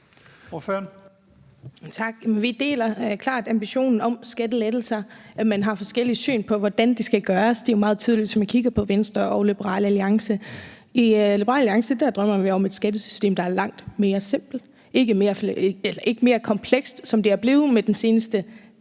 Vi deler klart ambitionen om skattelettelser, men har forskellige syn på, hvordan det skal gøres; det er jo meget tydeligt, hvis man kigger på Venstre og Liberal Alliance. I Liberal Alliance drømmer vi om et skattesystem, der er langt mere simpelt eller ikke mere komplekst, som det er blevet med den seneste